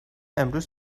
امروز